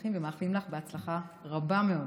שמחים ומאחלים לך הצלחה רבה מאוד.